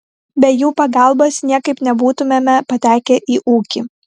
be jų pagalbos niekaip nebūtumėme patekę į ūkį